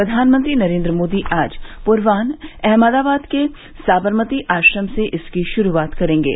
प्रधानमंत्री नरेन्द्र मोदी आज पूर्वान्ह अहमदाबाद के साबरमती आश्रम से इसकी शुरूआत करेंगे